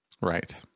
Right